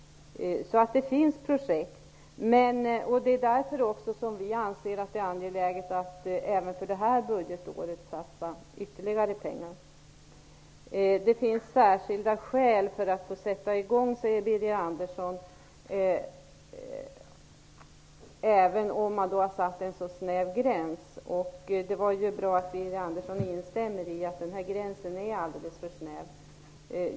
Det finns alltså projekt. Vi anser därför att det är angeläget att även för det här budgetåret satsa ytterligare pengar. Det kan finnas särskilda skäl för att sätta i gång, säger Birger Andersson, även om man satt en så snäv gräns. Det var ju bra att Birger Andersson instämde i att den här gränsen är alldeles för snäv.